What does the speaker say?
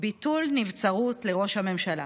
ביטול נבצרות לראש הממשלה,